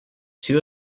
two